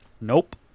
nope